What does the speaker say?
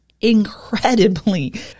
incredibly